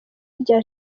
rya